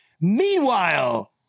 Meanwhile